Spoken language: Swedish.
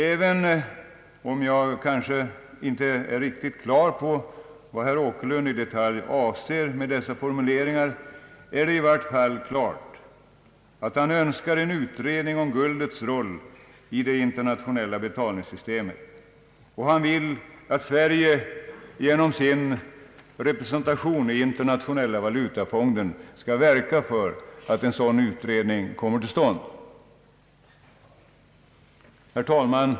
även om jag inte är riktigt på det klara med vad herr Åkerlund i detalj avser med dessa formuleringar, är det i varje fall klart att han önskar en utredning om guldets roll i det internationella betalningssystemet. Han vill att Sverige genom sin representation hos Internationella valutafonden skall verka för att en sådan utredning kommer till stånd. Herr talman!